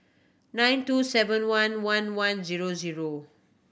nine two seven one one one zero zero